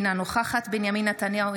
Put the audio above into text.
אינה נוכחת בנימין נתניהו,